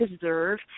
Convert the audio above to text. deserve